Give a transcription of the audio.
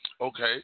Okay